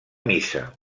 missa